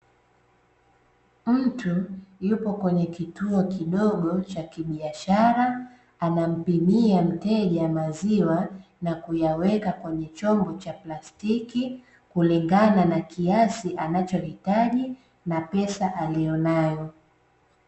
Mtu yupo kwenye kituo kidogo, cha kibiashara anampimia mteja maziwa na kuyaweka kwenye chombo cha plastiki kulingana na kiasi anachohitaji na pesa aliyonayo.